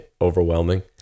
overwhelming